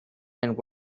and